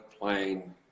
plane